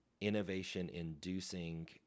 innovation-inducing